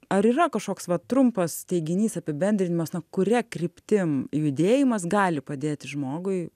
ar yra kažkoks vat trumpas teiginys apibendrinimas na kuria kryptim judėjimas gali padėti žmogui